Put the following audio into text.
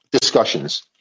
discussions